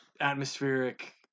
atmospheric